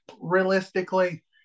realistically